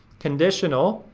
conditional,